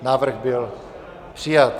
Návrh byl přijat.